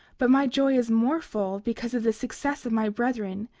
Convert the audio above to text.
but my joy is more full because of the success of my brethren,